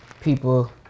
people